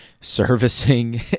servicing